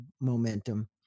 momentum